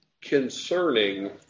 concerning